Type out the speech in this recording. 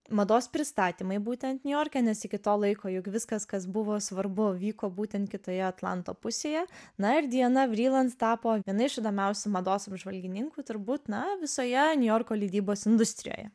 mados pristatymai būtent niujorke nes iki to laiko juk viskas kas buvo svarbu vyko būtent kitoje atlanto pusėje na ir diana vriland tapo viena iš įdomiausių mados apžvalgininkų turbūt na visoje niujorko leidybos industrijoje